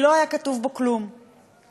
הייתה כתובה בו בערך שורה אחת,